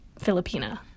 Filipina